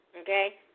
Okay